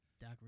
Doc